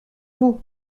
vous